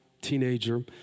teenager